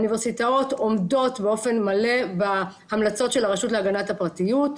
והאוניברסיטאות עומדות באופן מלא בהמלצות של הרשות להגנת הפרטיות.